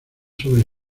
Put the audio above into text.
sobre